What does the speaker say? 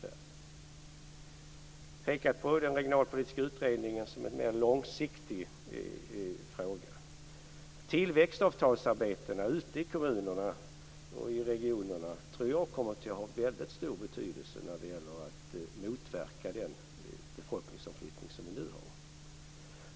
Jag vill peka på den regionalpolitiska utredningen som en mer långsiktig fråga. Tillväxtavtalsarbetena ute i kommunerna och regionerna tror jag kommer att ha väldigt stor betydelse när det gäller att motverka den befolkningsomflyttning som vi nu har.